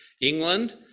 England